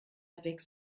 avec